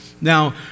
now